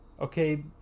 okay